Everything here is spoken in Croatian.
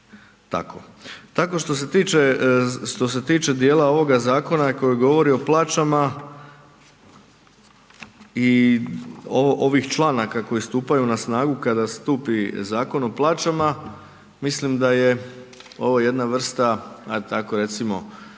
tiče, što se tiče dijela ovoga Zakona koji govori o plaćama i ovih članaka koji stupaju na snagu kada stupi Zakon o plaćama, mislim da je ovo jedna vrsta, ajde tako recimo